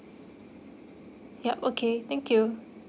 yup okay thank you